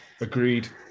Agreed